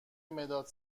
مداد